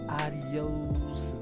adios